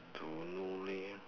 don't know leh